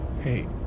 Hey